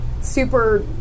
super